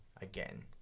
Again